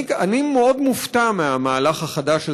אני מאוד מופתע מהמהלך החדש הזה,